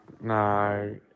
no